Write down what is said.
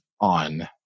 on